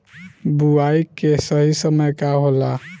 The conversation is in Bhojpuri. बुआई के सही समय का होला?